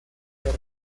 que